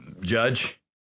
judge